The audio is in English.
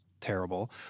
terrible